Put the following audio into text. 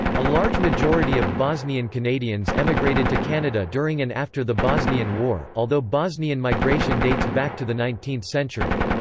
a large majority of bosnian canadians emigrated to canada during and after the bosnian war, although bosnian migration dates back to the nineteenth century.